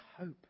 hope